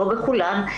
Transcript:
לא בכולן,